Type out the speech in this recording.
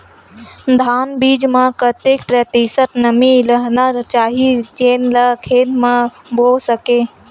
धान बीज म कतेक प्रतिशत नमी रहना चाही जेन ला खेत म बो सके?